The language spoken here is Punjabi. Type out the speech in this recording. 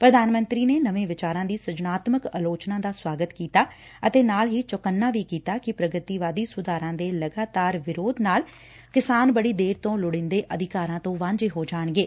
ਪ੍ਰਧਾਨ ਮੰਤਰੀ ਨੇ ਨਵੇ ਵਿਚਾਰਾ ਦੀ ਸਿਰਜਣਾਤਮਕ ਅਲੋਚਨਾ ਦਾ ਸੁਆਗਤ ਕੀਤਾ ਅਤੇ ਨਾਲ ਹੀ ਚੌਕੰਨਾ ਕੀਤਾ ਕਿ ਪ੍ਰਗਤੀਵਾਦੀ ਸੁਧਾਰਾਂ ਦੇ ਲਗਾਤਾਰ ਵਿਰੋਧ ਨਾਲ ਕਿਸਾਨ ਬੜੀ ਦੇਰ ਤੋਂ ਲੋੜੀਂਦੇ ਅਧਿਕਾਰਾਂ ਤੋਂ ਵਾਂਝੇ ਹੋ ਜਾਣਗੇ